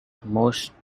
most